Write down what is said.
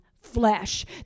flesh